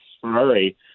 Ferrari